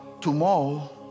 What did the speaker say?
Tomorrow